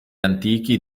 antichi